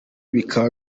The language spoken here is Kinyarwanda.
bikaba